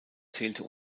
zählte